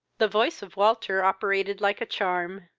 the voice of walter operated like a charm.